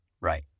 Right